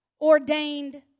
ordained